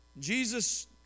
Jesus